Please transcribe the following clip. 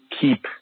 keep